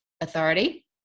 authority